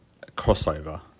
crossover